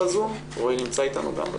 רועי נמצא איתנו גם.